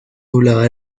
doblada